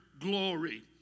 glory